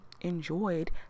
enjoyed